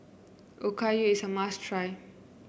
okayu is a must try